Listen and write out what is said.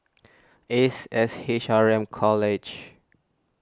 Ace S H R M College